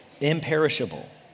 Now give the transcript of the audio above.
Imperishable